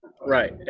Right